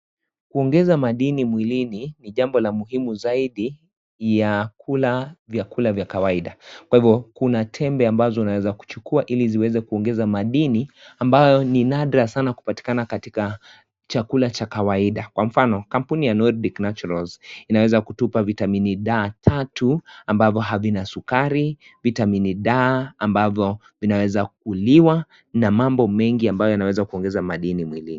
Kuongeza madini mwilini ni jambo la muhimu zaidi ya kula vyakula vya kawaida kwa hivyo kuna tembe ambazo unaeza kuchukua iliziweze kuongeza madini ambayo ni nadra sana kupatikana katika chakula cha kawaida kwa mfano kampuni ya Nordic Naturals inaeza kutupa vitamin D tatu ambavyo havina sukari vitamin D ambavyo vinaweza kukuliwa na mambo mengi ambayo yanaweza kuongeza madini mwilini.